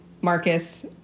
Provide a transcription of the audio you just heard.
Marcus